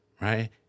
right